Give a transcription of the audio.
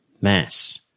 mass